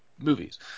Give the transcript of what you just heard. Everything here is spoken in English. Movies